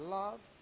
love